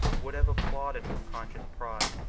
would have applauded, with conscious pride,